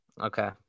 Okay